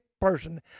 person